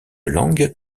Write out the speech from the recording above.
langue